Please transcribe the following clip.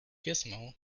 gizmo